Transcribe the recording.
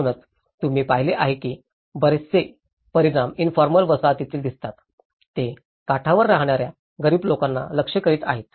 म्हणूनच तुम्ही पाहिले आहे की बरेचसे परिणाम इनफॉर्मल वसाहतीत दिसतात ते काठावर राहणा ऱ्या गरीब लोकांना लक्ष्य करीत आहेत